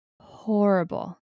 horrible